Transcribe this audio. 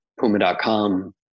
Puma.com